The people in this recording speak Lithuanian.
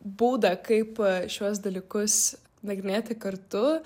būdą kaip šiuos dalykus nagrinėti kartu